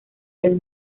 del